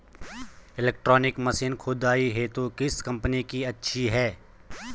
Electronic machine खुदाई हेतु किस कंपनी की अच्छी है?